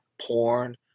porn